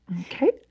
Okay